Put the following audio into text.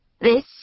This